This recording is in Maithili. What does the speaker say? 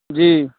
जी